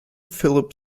philipp